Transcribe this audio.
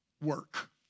work